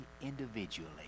individually